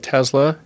Tesla